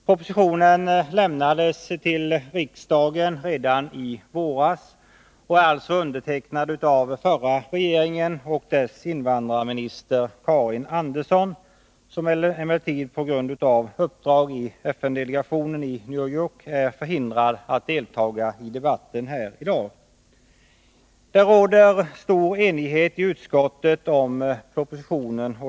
Propositionen lämnades till riksdagen redan i våras och är alltså undertecknad av förra regeringen och dess invandrarminister Karin Andersson, som emellertid på grund av uppdrag i FN-delegationen i New York är förhindrad att delta i debatten i dag. Det råder stor enighet i utskottet om propositionen.